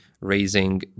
raising